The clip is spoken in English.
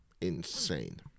insane